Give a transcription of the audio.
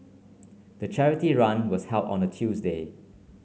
the charity run was held on a Tuesday